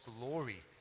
glory